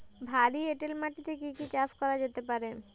ভারী এঁটেল মাটিতে কি কি চাষ করা যেতে পারে?